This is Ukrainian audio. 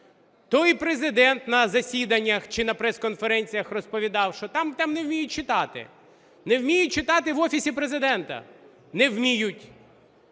Той Президент на засіданнях чи на пресконференціях розповідав, що там не вміють читати. Не вміють читати в Офісі Президента, не вміють.